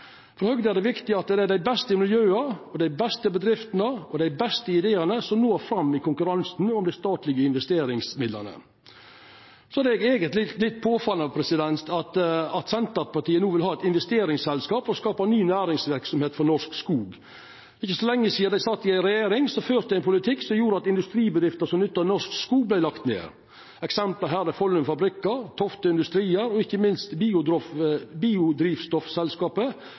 For Høgre er det viktig at det er dei beste miljøa, dei beste bedriftene og dei beste ideane som når fram i konkurransen om dei statlege investeringsmidlane. Det er eigentleg litt påfallande at Senterpartiet no vil ha eit investeringsselskap og skapa ny næringsverksemd for norsk skog. For ikkje lenge sidan sat dei i regjering og førte ein politikk som gjorde at industribedrifter som nytta norsk skog, vart lagde ned. Eksempel her er Follum Fabrikker, Tofte Industrier og ikkje minst